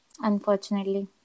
unfortunately